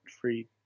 free